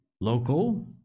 local